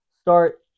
start